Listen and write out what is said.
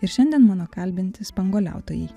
ir šiandien mano kalbinti spanguoliautojai